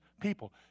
people